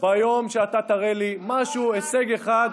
שאתה תראה לי משהו, הישג אחד,